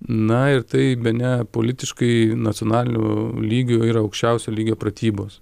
na ir tai bene politiškai nacionaliniu lygiu yra aukščiausio lygio pratybos